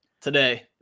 Today